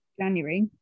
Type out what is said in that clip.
January